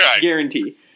guarantee